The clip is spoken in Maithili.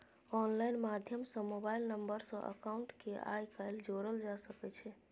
आनलाइन माध्यम सँ मोबाइल नंबर सँ अकाउंट केँ आइ काल्हि जोरल जा सकै छै